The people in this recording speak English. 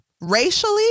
Racially